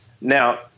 Now